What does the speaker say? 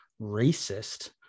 racist